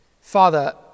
Father